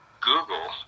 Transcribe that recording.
Google